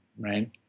right